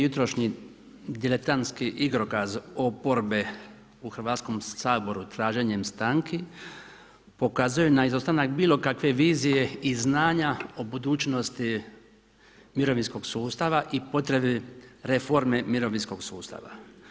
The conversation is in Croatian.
Jutrošnji diletantski igrokaz oporbe u Hrvatskom saboru traženjem stanki, ukazuje na izostanak bilo kakve vizije i znanja o budućnosti mirovinskog sustava i potrebi reforme mirovinskog sustava.